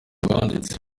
banditse